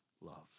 love